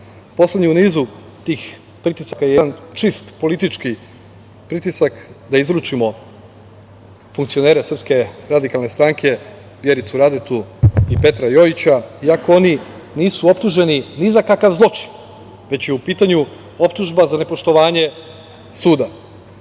Vučić. Poslednji u nizu tih pritisaka je jedan čist politički pritisak da izručimo funkcionere SRS Vjericu Radetu i Petra Jojića, iako oni nisu optuženi ni za kakav zločin, već je u pitanju optužba za nepoštovanje suda.